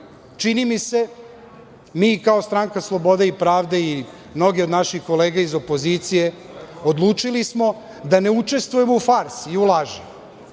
čini mi se, mi kao Stranka slobode i pravde, i mnogi od naših kolega iz opozicije, odlučili smo da ne učestvujemo u farsi i u laži.